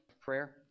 prayer